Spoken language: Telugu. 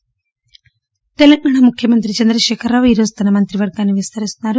మంత్రివర్గం తెలంగాణ ముఖ్యమంత్రి చంద్రశేఖర్ రావు ఈ రోజు తన మంత్రివర్గాన్పి విస్తరిస్తున్నారు